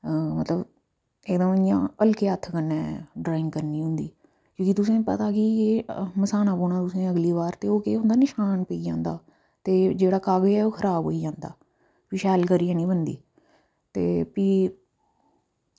मतलब यरो इ'यां हल्के हत्थ कन्नै ड्राइंग करनी होंदी क्यूंकि तुसें पता कि म्हसाना पौना तुसें अगली बार ते ओह् केह् होंदा नशान पेई जंंदा ते जेह्ड़ा कागज ऐ ओह् खराब होई जंदा फ्ही शैल करियै निं बनदी ते फ्ही